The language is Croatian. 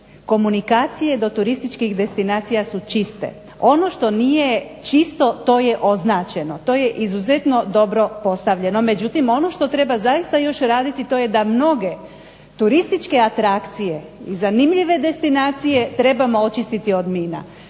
komunikacije do turističkih destinacija su čiste, ono što nije čisto to je označeno, to je izuzetno dobro postavljeno, međutim ono što treba zaista još raditi to je da mnoge turističke atrakcije i zanimljive destinacije trebamo očistiti od mina,